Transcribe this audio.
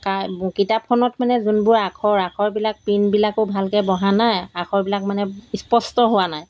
কা কিতাপখনত মানে যোনবোৰ আখৰ আখৰবিলাক প্ৰিণ্টবিলাকো ভালকৈ বহা নাই আখৰবিলাক মানে স্পষ্ট হোৱা নাই